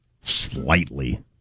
slightly